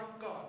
God